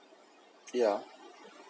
yeah